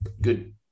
good